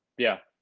yeah.